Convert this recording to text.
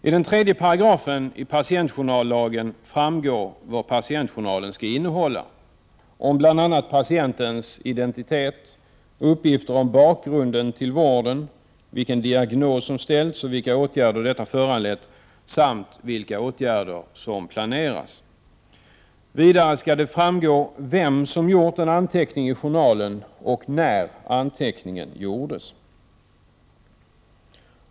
Av 3 § patientjournallagen framgår vad patientjournalen skall innehålla, nämligen uppgifter om bl.a. patientens identitet, bakgrund till vården, vilken diagnos som ställts och vilka åtgärder detta föranlett samt vilka åtgärder som planeras. Vidare skall framgå vem som gjort en anteckning i journalen och när anteckningen gjordes.